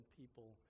people